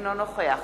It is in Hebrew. אינו נוכח